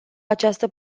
această